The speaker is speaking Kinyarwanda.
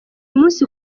munsi